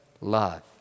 love